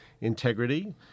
integrity